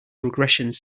regressions